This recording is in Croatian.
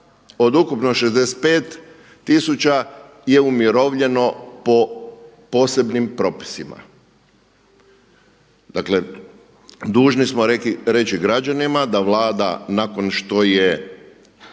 od ukupno 65000 je umirovljeno po posebnim propisima. Dakle, dužni smo reći građanima, da Vlada nakon što je